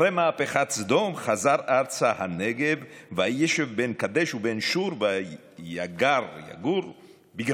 אחרי מהפכת סדום חזר 'ארצה הנגב וישב בין קדש ובין שור ויגר בגרר'.